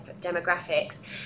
demographics